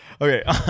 Okay